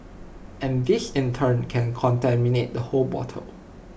and this in turn can contaminate the whole bottle